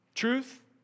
truth